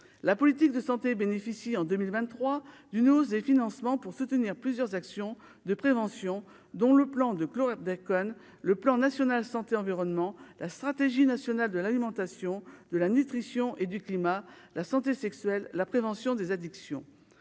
la politique de santé bénéficie en 2023 d'une hausse des financements pour soutenir plusieurs actions de prévention dont le plan de chlordécone le plan national santé environnement la stratégie nationale de l'Alimentation, de la nutrition et du climat, la santé sexuelle, la prévention des addictions